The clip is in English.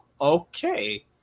Okay